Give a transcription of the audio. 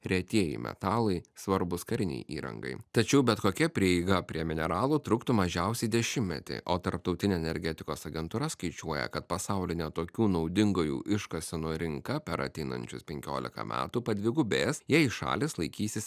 retieji metalai svarbūs karinei įrangai tačiau bet kokia prieiga prie mineralų truktų mažiausiai dešimtmetį o tarptautinė energetikos agentūra skaičiuoja kad pasaulinė tokių naudingųjų iškasenų rinka per ateinančius penkiolika metų padvigubės jei šalys laikysis